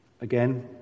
Again